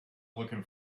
looking